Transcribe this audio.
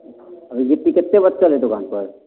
अभी गिट्टी कतेक बचल है दोकान पर